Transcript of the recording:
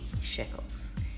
shekels